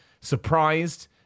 surprised